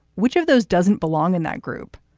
which of those doesn't belong in that group?